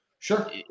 Sure